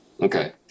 okay